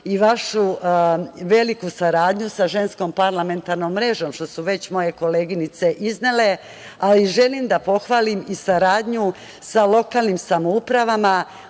i vašu veliku saradnju sa Ženskom parlamentarnom mrežom, što su već moje koleginice iznele, a i želim da pohvalim i saradnju sa lokalnim samoupravama